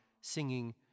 singing